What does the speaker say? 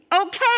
Okay